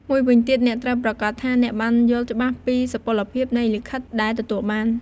មួយវិញទៀតអ្នកត្រូវប្រាកដថាអ្នកបានយល់ច្បាស់ពីសុពលភាពនៃលិខិតដែលទទួលបាន។